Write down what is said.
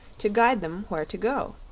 to guide them where to go,